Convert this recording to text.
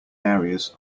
areas